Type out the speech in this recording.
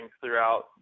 throughout